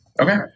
Okay